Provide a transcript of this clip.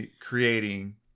creating